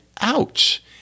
ouch